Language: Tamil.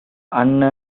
அண்ண